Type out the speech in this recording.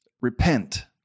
Repent